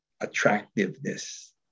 attractiveness